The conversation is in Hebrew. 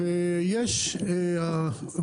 זה משהו אחר.